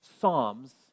psalms